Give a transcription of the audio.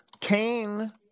Cain